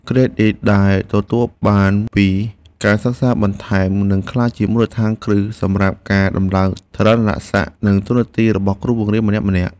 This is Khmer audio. ក្រេឌីតដែលទទួលបានពីការសិក្សាបន្ថែមនឹងក្លាយជាមូលដ្ឋានគ្រឹះសម្រាប់ការតម្លើងឋានន្តរស័ក្តិនិងតួនាទីរបស់គ្រូបង្រៀនម្នាក់ៗ។